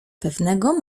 pewnego